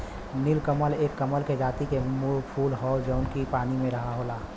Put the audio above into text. नीलकमल एक कमल के जाति के फूल हौ जौन की पानी में होला